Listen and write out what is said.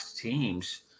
teams